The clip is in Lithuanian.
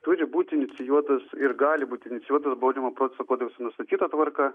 turi būti inicijuotas ir gali būti inicijuotas baudžiamojo proceso kodekso nustatyta tvarka